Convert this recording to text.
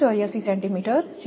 384 centimetre છે